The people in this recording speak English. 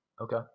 okay